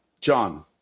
John